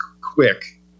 quick